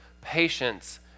patience